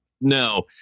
No